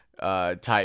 type